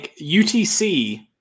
UTC